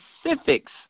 specifics